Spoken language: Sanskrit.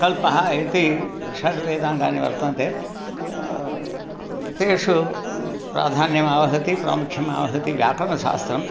कल्पः इति षड्वेदाङ्गानि वर्तन्ते तेषु प्रधान्यमावहति प्रामुख्यमावहति व्याकरणशास्त्रम्